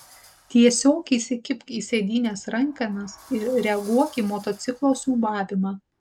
tiesiog įsikibk į sėdynės rankenas ir reaguok į motociklo siūbavimą